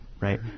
right